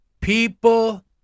People